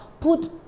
put